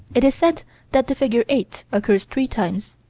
it is said that the figure eight occurs three times,